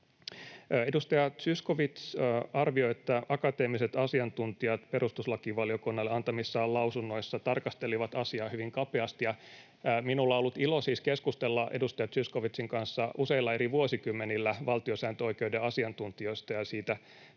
Edustaja Zyskowicz arvioi, että akateemiset asiantuntijat perustuslakivaliokunnalle antamissaan lausunnoissa tarkastelivat asiaa hyvin kapeasti, ja minulla on ollut ilo siis keskustella edustaja Zyskowiczin kanssa useilla eri vuosikymmenillä valtiosääntöoikeuden asiantuntijoista ja siitä, mitä